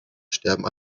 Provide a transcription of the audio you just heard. sterben